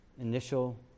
initial